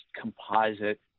composite